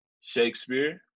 Shakespeare